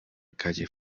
calle